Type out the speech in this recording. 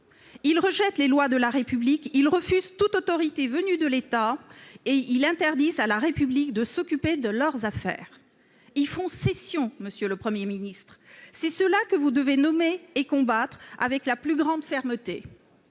Ils rejettent les lois de la République, ils refusent toute autorité venue de l'État, ils interdisent à la République de s'occuper de leurs affaires. Ils font scission, monsieur le Premier ministre. Sécession, plutôt ! C'est cela que vous devez nommer et combattre avec la plus grande fermeté.